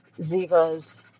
Ziva's